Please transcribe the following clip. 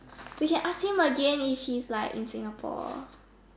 we can ask him again if he's like in Singapore